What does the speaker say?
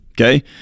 Okay